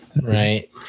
right